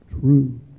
true